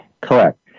Correct